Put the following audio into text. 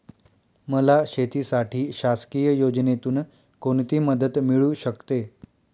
मला शेतीसाठी शासकीय योजनेतून कोणतीमदत मिळू शकते?